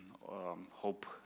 Hope